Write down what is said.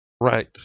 Right